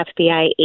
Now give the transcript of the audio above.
FBI